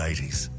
80s